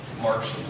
Mark's